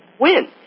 win